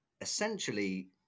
essentially